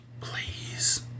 Please